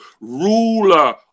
Ruler